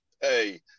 Hey